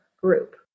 group